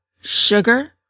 sugar